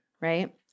right